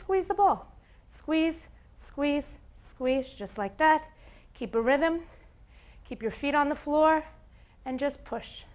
squeeze the ball squeeze squeeze squeeze just like that keep the rhythm keep your feet on the floor and just push